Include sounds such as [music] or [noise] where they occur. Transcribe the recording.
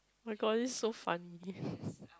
my-God this is so funny [laughs]